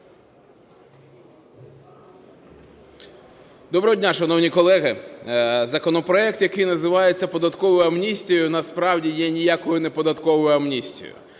Доброго дня, шановні колеги! Законопроект, який називається податковою амністією, насправді є ніякою не податковою амністією.